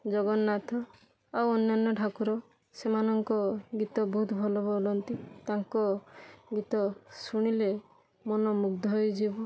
ଜଗନ୍ନାଥ ଆଉ ଅନ୍ୟାନ୍ୟ ଠାକୁର ସେମାନଙ୍କ ଗୀତ ବହୁତ ଭଲ ବୋଲନ୍ତି ତାଙ୍କ ଗୀତ ଶୁଣିଲେ ମନମୁଗ୍ଧ ହୋଇଯିବ